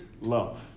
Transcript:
love